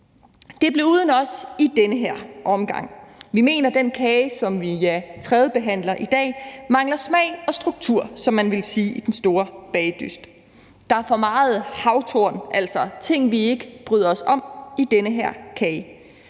Det blev uden os i den her omgang. Vi mener, at den kage, som vi tredjebehandler i dag, mangler smag og struktur, som man ville sige i »Den store bagedyst«. Der er for meget havtorn, altså ting, vi ikke bryder os om, i den her kage: